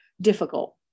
difficult